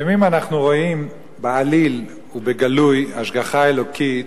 לפעמים אנחנו רואים בעליל ובגלוי השגחה אלוקית